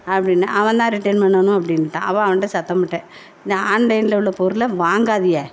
அப்படின்னேன் அவன்தான் ரிட்டர்ன் பண்ணணும் அப்படின்ட்டான் அப்போது அவன்கிட்ட சத்தம் போட்டேன் இந்த ஆன்லைனில் உள்ள பொருளை வாங்காதீக